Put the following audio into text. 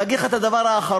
ואגיד לך את הדבר האחרון: